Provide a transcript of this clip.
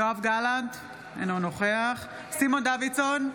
יואב גלנט, אינו נוכח סימון דוידסון,